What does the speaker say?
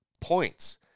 points